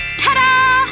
ta-da!